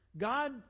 God